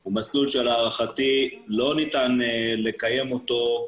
הוא מסלול שלהערכתי לא ניתן לקיים אותו,